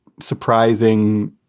surprising